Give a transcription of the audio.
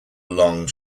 long